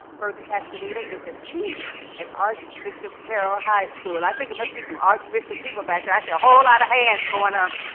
bertha castaneda is a senior at archbishop carroll high school. i think it must be some archbishop people back there i see a whole lot of hands going up